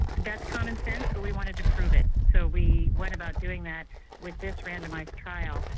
that's common sense but we wanted to prove it so we went about doing that with this randomised trial.